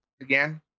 again